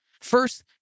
First